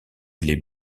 les